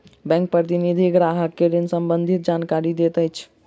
bank प्रतिनिधि ग्राहक के ऋण सम्बंधित जानकारी दैत अछि